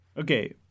Okay